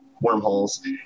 wormholes